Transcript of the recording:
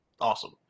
awesome